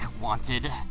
wanted